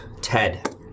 Ted